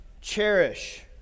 Cherish